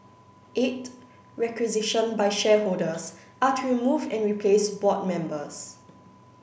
eight requisitioned by shareholders are to remove and replace board members